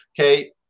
Okay